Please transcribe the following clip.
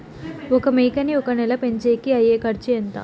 ఒక మేకని ఒక నెల పెంచేకి అయ్యే ఖర్చు ఎంత?